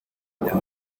man